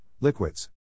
liquids